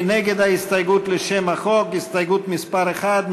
מי נגד ההסתייגות לשם החוק, הסתייגות מס' 1?